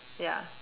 ya